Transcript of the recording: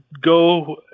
go